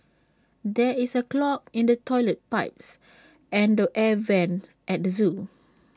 there is A clog in the Toilet Pipe and the air Vents at the Zoo